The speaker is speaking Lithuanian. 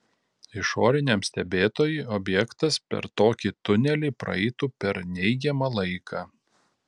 išoriniam stebėtojui objektas per tokį tunelį praeitų per neigiamą laiką